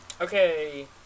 Okay